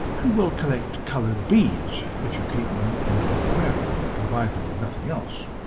and will collect coloured beads if you keep them in an aquarium and provide them with nothing else.